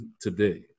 today